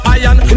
iron